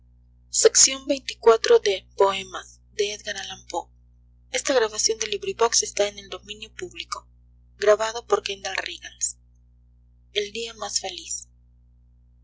fría el día más feliz